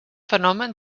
fenomen